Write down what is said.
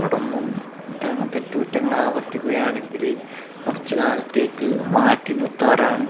തുടർന്നും ഇത്തരം തെറ്റുകുറ്റങ്ങള് ആവർത്തിക്കുകയാണെങ്കില് കുറച്ചുകാലത്തേക്ക് മാറ്റിനിർത്താറാണ്